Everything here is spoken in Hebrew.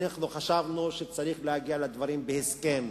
אנחנו חשבנו שצריך להגיע לדברים בהסכם,